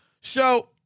So-